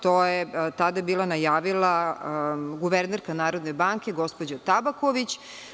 To je tada bila najavila guvernerka Narodne banke gospođa Tabaković.